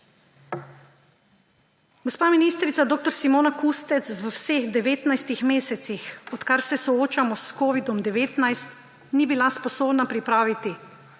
Gospa ministrica dr. Simona Kustec v vseh 19 mesecih, odkar se soočamo s covidom-19, ni bila sposobna pripraviti